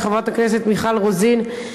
וחברת הכנסת מיכל רוזין,